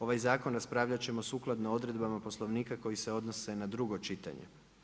Ovaj Zakon raspravljati ćemo sukladno odredbama Poslovnika koji se odnose na drugo čitanje.